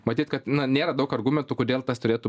matyt kad nėra daug argumentų kodėl tas turėtų